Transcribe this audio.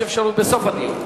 יש אפשרות בסוף הדיון.